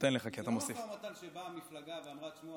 זה לא משא ומתן שבאה מפלגה ואמרה: שמעו,